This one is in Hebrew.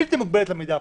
למידע הפלילי,